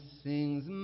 sings